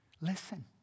Listen